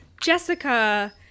Jessica